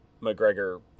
McGregor